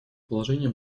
положение